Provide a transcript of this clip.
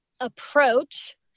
approach